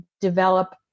develop